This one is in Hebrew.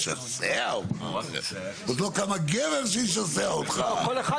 זה לא שבאמת לנו אכפת לשבת בוועדות מקומיות כך או אחרת